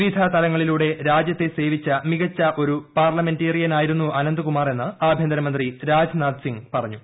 വിവിധ തലങ്ങളിലൂടെ രാജ്യത്തെ സേവിച്ച മികച്ച ഒരു പാർലമെന്റേറിയനായിരുന്നു അനന്ത്കുമാറെന്ന് ആഭ്യന്തരമന്ത്രി രാജ്നാഥ് സിംഗ് പറഞ്ഞു